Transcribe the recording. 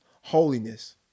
holiness